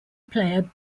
player